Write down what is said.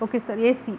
okay sir AC